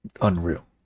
unreal